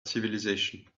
civilization